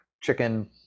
chicken